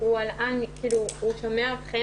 אני מהמרכז הרפורמי לדת ומדינה ומעבר לכך